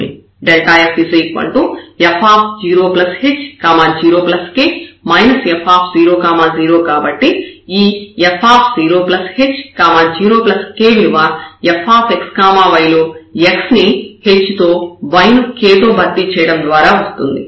f f0h0k f00 కాబట్టి ఈ f0h0k విలువ fxy లో x ని h తో y ని k తో భర్తీ చేయడం ద్వారా వస్తుంది